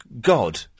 God